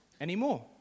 anymore